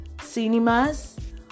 cinemas